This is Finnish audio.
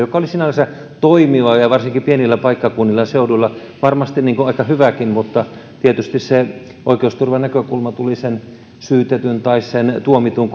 purettiin joka oli sinänsä toimiva ja ja varsinkin pienillä paikkakunnilla ja seuduilla varmasti aika hyväkin mutta tietysti oikeusturvanäkökulma tuli syytetyn tai tuomitun